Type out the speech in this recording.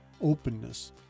openness